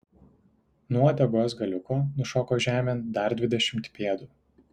nuo uodegos galiuko nušoko žemėn dar dvidešimt pėdų